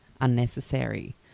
unnecessary